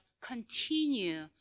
continue